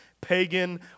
pagan